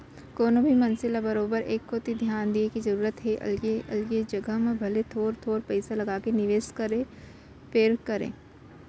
कोनो भी मनसे ल बरोबर ए कोती धियान दिये के जरूरत हे अलगे अलग जघा म भले थोर थोर पइसा लगाके निवेस करय फेर करय